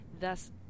thus